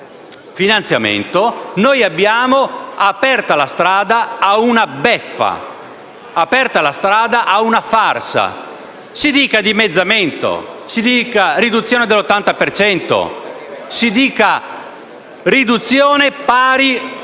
noi abbiamo aperto la strada a una beffa, a una farsa. Si dica dimezzamento, si dica riduzione dell'80 per cento, si dica riduzione pari